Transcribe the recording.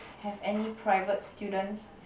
have any private students